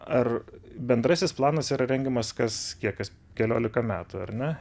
ar bendrasis planas yra rengiamas kas kiek kas keliolika metų ar ne